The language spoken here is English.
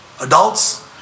adults